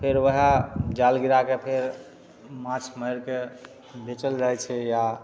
फेर वएह जाल गिराके फेर माछ मारिके बेचल जाइ छै या